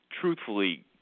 truthfully